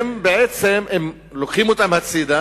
אם שמים אותם בצד,